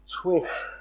twist